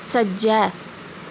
सज्जै